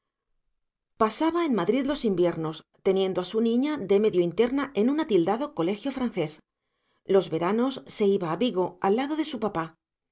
pasaba en madrid los inviernos teniendo a su niña de medio interna en un atildado colegio francés los veranos se iba a vigo al lado de su papá